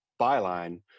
byline